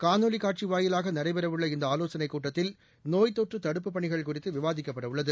காணொலி காட்சி வாயிலாக நடைபெறவுள்ள இந்த ஆலோசனைக் கூட்டத்தில் நோய்த்தொற்று தடுப்புப் பணிகள் குறிதது விவாதிக்கப்படவுள்ளது